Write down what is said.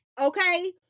okay